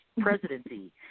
presidency